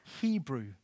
Hebrew